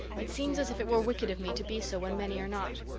it seems as if it were wicked of me to be so when many are not.